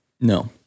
No